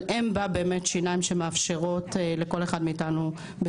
אבל אין בה שיניים שמאפשרות לכל אחד מאיתנו לאכוף